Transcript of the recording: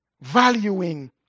Valuing